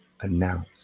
announce